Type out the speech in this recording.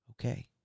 okay